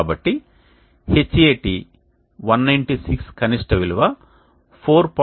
కాబట్టి Hat 196 కనిష్ట విలువ 4